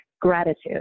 gratitude